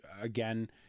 again